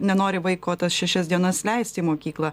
nenori vaiko tas šešias dienas leisti į mokyklą